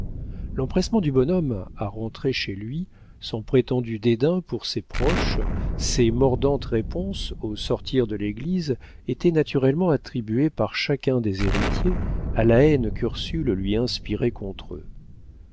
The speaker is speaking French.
l'empressement du bonhomme à rentrer chez lui son prétendu dédain pour ses proches ses mordantes réponses au sortir de l'église étaient naturellement attribués par chacun des héritiers à la haine qu'ursule lui inspirait contre eux